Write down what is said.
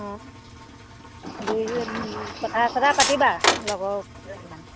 অঁ দুইজনী কথা চথা পাতিবা লগৰকেইজনীমান